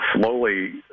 slowly